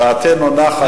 דעתנו נחה.